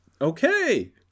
Okay